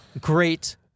great